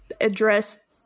address